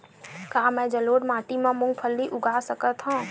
का मैं जलोढ़ माटी म मूंगफली उगा सकत हंव?